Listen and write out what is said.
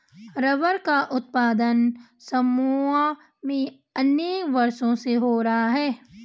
rubber का उत्पादन Samoa में अनेक वर्षों से हो रहा है